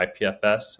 ipfs